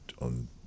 on